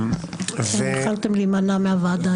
להימנע מהוועדה.